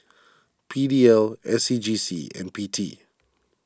P D L S C G C and P T